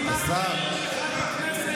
אני אשתה מה שאני רוצה.